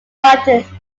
buttons